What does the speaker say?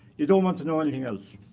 you don't want to know anything else,